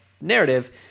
narrative